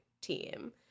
team